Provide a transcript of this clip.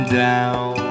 down